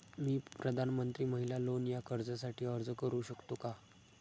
मी प्रधानमंत्री महिला लोन या कर्जासाठी अर्ज करू शकतो का?